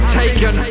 taken